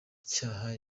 cyaha